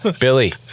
Billy